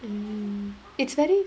mm it's very